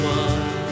one